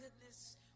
goodness